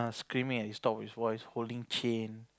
screaming at his top of his voice holding chain